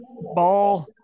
ball